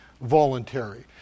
voluntary